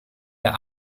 der